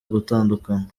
gutandukana